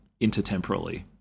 intertemporally